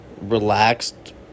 relaxed